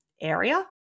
area